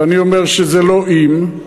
ואני אומר שזה לא "אם",